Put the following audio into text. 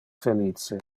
felice